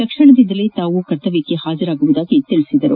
ತಕ್ಷಣದಿಂದಲೇ ತಾವೆಲ್ಲರೂ ಕರ್ತವ್ಯಕ್ಕೆ ಹಾಜರಾಗುವುದಾಗಿ ತಿಳಿಸಿದರು